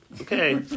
Okay